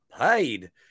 paid